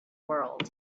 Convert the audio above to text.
world